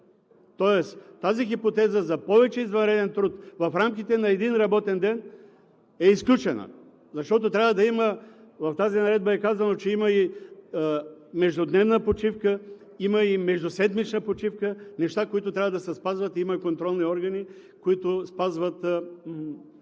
тоест тази хипотеза за повече извънреден труд в рамките на един работен ден е изключена, защото в Наредбата е казано, че има и междудневна почивка, има и междуседмична почивка, неща, които трябва да се спазват. Има и контролни органи, които спазват